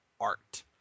art